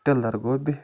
tiller گوٚو بِہِتھ